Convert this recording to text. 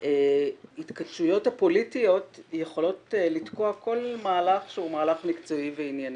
ההתעקשויות הפוליטיות יכולות לתקוע כל מהלך שהוא מהלך מקצועי וענייני.